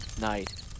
night